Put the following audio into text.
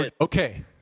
Okay